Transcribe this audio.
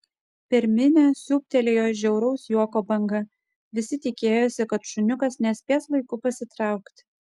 per minią siūbtelėjo žiauraus juoko banga visi tikėjosi kad šuniukas nespės laiku pasitraukti